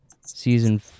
Season